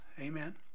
Amen